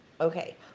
okay